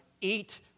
Eat